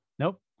Nope